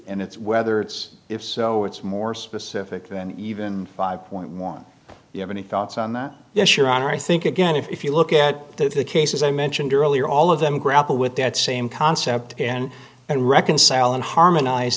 and it's whether it's if so it's more specific than even five point one you have any thoughts on that yes your honor i think again if you look at the cases i mentioned earlier all of them grapple with that same concept in and reconcile and harmonize